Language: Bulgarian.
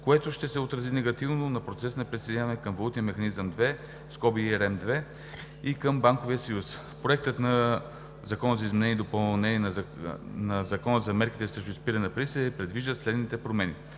което ще се отрази негативно на процеса по присъединяване към Валутния механизъм II (ERM II) и към Банковия съюз. В Проекта на закона за изменение и допълнение на Закона за мерките срещу изпиране на пари се предвиждат следните промени: